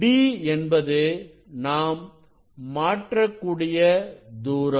d என்பது நாம் மாற்றக்கூடிய தூரம்